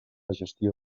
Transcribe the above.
gestió